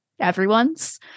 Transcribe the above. everyone's